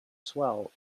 swell